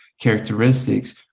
characteristics